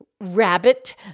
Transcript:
Rabbit